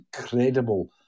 incredible